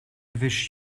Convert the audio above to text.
wish